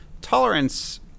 tolerance